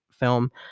film